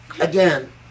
Again